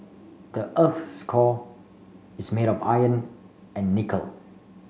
the earth's core is made of iron and nickel